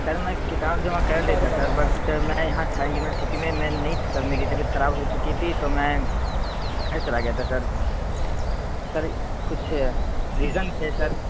سر میں کتاب جمع کر دیتا سر بٹ میں یہاں تھا یونیورسٹی میں نہیں تھا سر میری طبیعت خراب ہو چکی تھی تو میں گھر چلا گیا تھا سر سر کچھ ریزن تھے سر